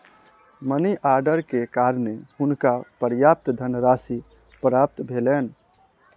money order के कारणें हुनका पर्याप्त धनराशि प्राप्त भेलैन